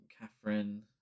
Catherine